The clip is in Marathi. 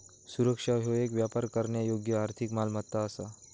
सुरक्षा ह्यो येक व्यापार करण्यायोग्य आर्थिक मालमत्ता असा